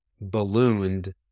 ballooned